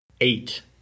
eight